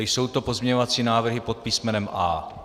Jsou to pozměňovací návrhy pod písmenem A?